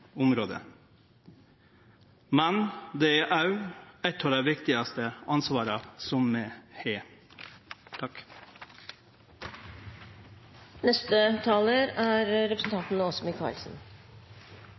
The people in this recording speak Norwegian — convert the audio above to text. område, men det er òg eit av dei viktigaste ansvara vi har.